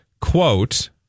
Quote